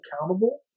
accountable